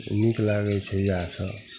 नीक लागै छै इएहसब